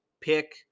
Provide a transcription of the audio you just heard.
pick